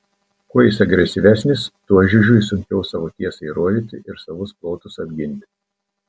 kuo jis agresyvesnis tuo žiužiui sunkiau savo tiesą įrodyti ir savus plotus apginti